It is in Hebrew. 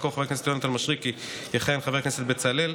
במקום חבר הכנסת יונתן משריקי יכהן חבר הכנסת בצלאל.